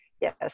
yes